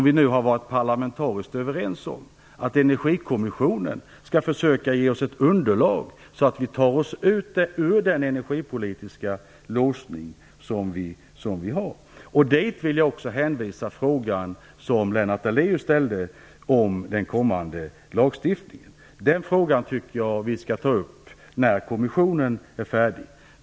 Vi har varit parlamentariskt överens om att Energikommissionen skall försöka ge oss ett underlag så att vi kan ta oss ur den låsningen. Dit vill jag också hänvisa den fråga om den kommande lagstiftningen som Lennart Daléus ställde. Den frågan tycker jag att vi skall ta upp när kommissionen är färdig.